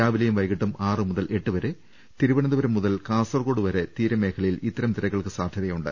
രാവിലെയും വൈകീട്ടും ആറു മുതൽ എട്ടു വരെ തിരുവനന്തപുരം മുതൽ കാസർകോട് വരെ തീരമേഖലയിൽ ഇത്തരം തിരകൾക്ക് സാധ്യതയുണ്ട്